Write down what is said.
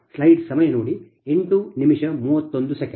slide ಸಮಯ 0831 ನೋಡಿ